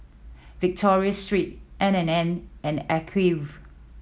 Victoria Secret N and N and Acuvue